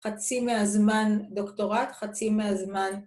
‫חצי מהזמן דוקטורט, חצי מהזמן...